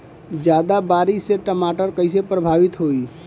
ज्यादा बारिस से टमाटर कइसे प्रभावित होयी?